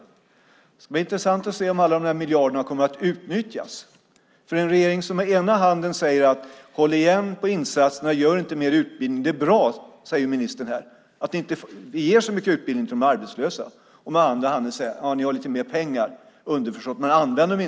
Det skulle vara intressant att se om alla dessa miljarder kommer att utnyttjas. Regeringen säger å ena sidan att Arbetsförmedlingen ska hålla igen på insatserna och inte skapa mer utbildning. Det är bra, säger ministern här, att man inte ger så mycket utbildning till de arbetslösa. Regeringen säger å andra sidan att Arbetsförmedlingen har lite mer pengar, underförstått att man inte använder dem.